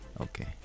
okay